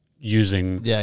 using